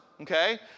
okay